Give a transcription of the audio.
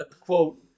Quote